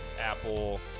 Apple